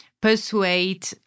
persuade